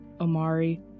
Omari